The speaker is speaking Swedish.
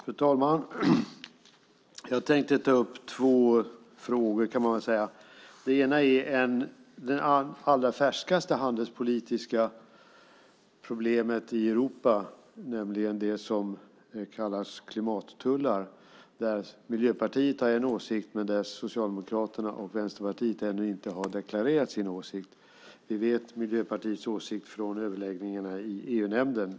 Fru talman! Jag tänker ta upp två frågor. Den ena är det allra färskaste handelspolitiska problemet i Europa, nämligen det som kallas klimattullar. Där har Miljöpartiet en åsikt, men Socialdemokraterna och Vänsterpartiet har ännu inte deklarerat sin åsikt. Vi vet Miljöpartiets åsikt från överläggningarna i EU-nämnden.